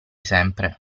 sempre